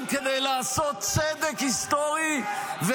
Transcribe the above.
גם כדי לעשות צדק היסטורי -- על מה אתה מדבר?